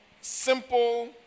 Simple